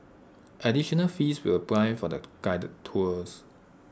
additional fees will apply for the guided tours